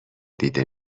دیده